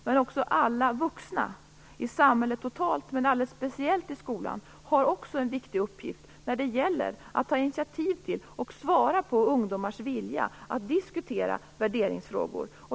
Men även alla andra vuxna i samhället totalt och alldeles speciellt i skolan har också en viktig uppgift när det gäller att ta initiativ till och svara på ungdomars vilja att diskutera värderingsfrågor.